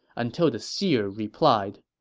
until the seer replied,